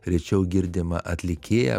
rečiau girdimą atlikėją